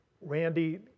Randy